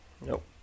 nope